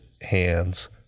hands